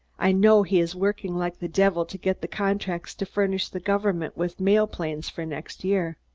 i know he is working like the devil to get the contracts to furnish the government with mail planes for next year.